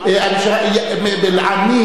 אתה מכיר מישהו, אדוני,